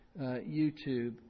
YouTube